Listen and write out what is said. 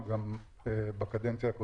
אם בגלל מהירות מופרזת,